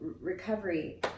recovery